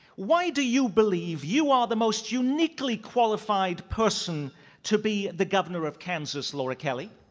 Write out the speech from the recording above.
why do you believe you are the most uniquely qualified person to be the governor of kansas, laura kelly?